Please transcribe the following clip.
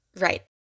Right